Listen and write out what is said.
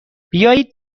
بیایید